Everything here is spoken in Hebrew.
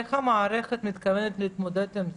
איך המערכת מתכוונת להתמודד עם זה?